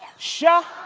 shine